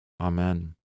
Amen